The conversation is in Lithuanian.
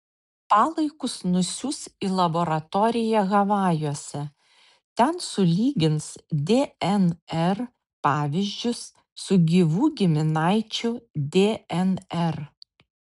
palaikus nusiųs į laboratoriją havajuose ten sulygins dnr pavyzdžius su gyvų giminaičių dnr